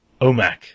OMAC